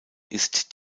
ist